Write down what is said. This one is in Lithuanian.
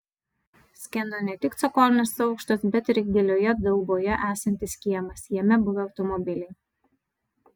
skendo ne tik cokolinis aukštas bet ir gilioje dauboje esantis kiemas jame buvę automobiliai